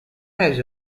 has